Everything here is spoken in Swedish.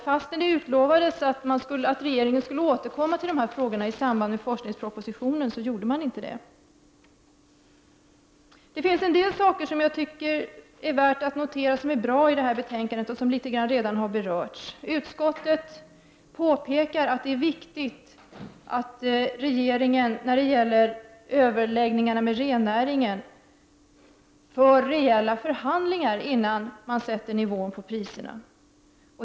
Fastän det utlovats att regeringen skulle återkomma till dessa frågor i samband forskningspropositionen gjorde man inte det. Det finns en del bra saker i betänkandet, vilka redan har berörts. Utskottet påpekar att det är viktigt att regeringen när det gäller överläggningar med rennäringen för reella förhandlingar innan man fastställer nivån på priserna.